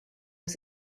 was